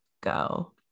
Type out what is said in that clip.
go